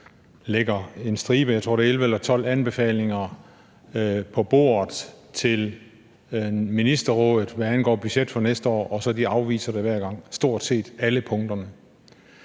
tror det er 11 eller 12 anbefalinger på bordet til Nordisk Ministerråd, hvad angår budget for næste år, og de så afviser det hver gang, stort set alle punkterne.